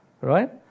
Right